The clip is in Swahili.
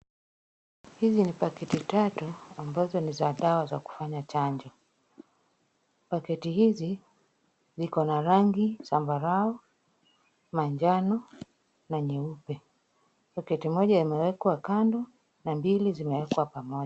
Hizi ni pakiti tatu ambazo ni za dawa ya kufanya chanjo. Pakiti hizi ziko na rangi zambarau, manjano na nyeupe. Pakiti moja imewekwa kando na mbili zimewekwa pamoja.